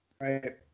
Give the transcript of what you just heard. Right